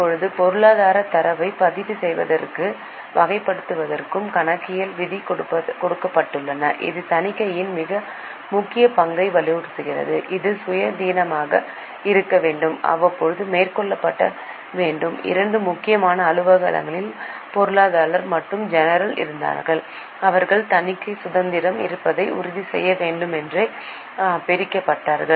இப்போது பொருளாதாரத் தரவைப் பதிவு செய்வதற்கும் வகைப்படுத்துவதற்கும் கணக்கியல் விதிகள் கொடுக்கப்பட்டுள்ளன இது தணிக்கையின் முக்கிய பங்கை வலியுறுத்தியது இது சுயாதீனமாக இருக்க வேண்டும் அவ்வப்போது மேற்கொள்ளப்பட வேண்டும் இரண்டு முக்கியமான அலுவலகங்களின் பொருளாளர் மற்றும் ஜெனரல் இருந்தனர் அவர்கள் தணிக்கை சுதந்திரம் இருப்பதை உறுதி செய்ய வேண்டுமென்றே பிரிக்கப்பட்டனர்